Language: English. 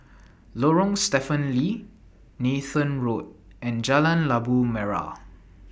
Lorong Stephen Lee Nathan Road and Jalan Labu Merah